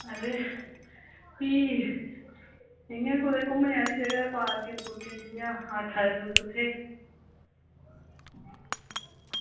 ते भी इंया कुदै घुम्मनै आह्ली जगह पार्कें च जियां आक्खा दे तुस उत्थें